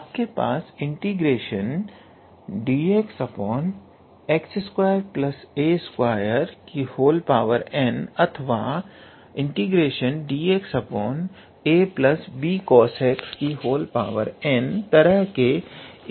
आपके पास dxx2a2n अथवा dxabcosxn तरह के इंटीग्रलस भी हो सकते हैं